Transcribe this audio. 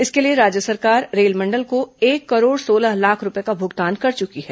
इसके लिए राज्य सरकार रेल मंडल को एक करोड़ सोलह लाख रूपये का भुगतान कर चुकी है